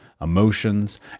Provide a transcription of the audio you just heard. emotions